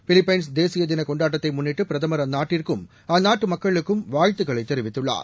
Philippines தேசியதினகொண்டாட்டத்தைமுன்னிட்டு பிரதமர் அந்நாட்டிற்கும் அந்நாட்டுமக்களுக்கும்வாழ்த்துக்களைதெரிவித்துள்ளார்